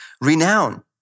renown